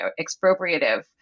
expropriative